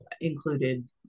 included